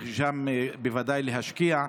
שבוודאי צריך להשקיע שם,